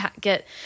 get –